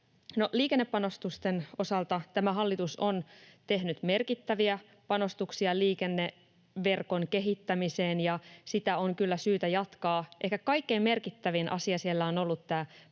liikennepanostusten osalta tämä hallitus on tehnyt merkittäviä panostuksia liikenneverkon kehittämiseen, ja sitä on kyllä syytä jatkaa. Ehkä kaikkein merkittävin asia siellä on ollut tämä